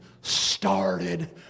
started